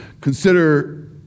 Consider